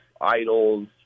idols